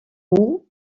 roux